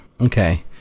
Okay